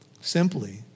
Simply